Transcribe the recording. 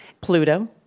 Pluto